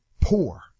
poor